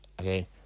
okay